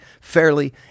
fairly